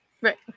Right